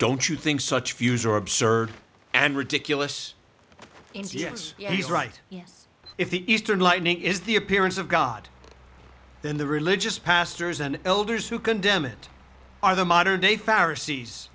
don't you think such views are absurd and ridiculous yes yes right yes if the eastern lightning is the appearance of god then the religious pastors and elders who condemn it are the modern day